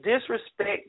disrespect